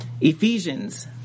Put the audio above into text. Ephesians